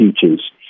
teachers